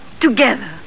together